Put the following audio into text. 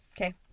Okay